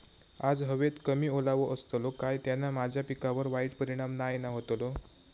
आज हवेत कमी ओलावो असतलो काय त्याना माझ्या पिकावर वाईट परिणाम नाय ना व्हतलो?